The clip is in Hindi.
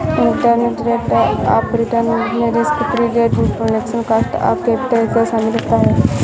इंटरनल रेट ऑफ रिटर्न में risk free rate, inflation, cost of capital इत्यादि शामिल होता है